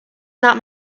not